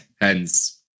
hence